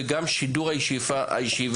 וגם שידור הישיבה,